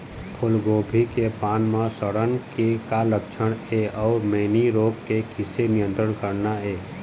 फूलगोभी के पान म सड़न के का लक्षण ये अऊ मैनी रोग के किसे नियंत्रण करना ये?